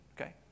okay